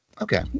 Okay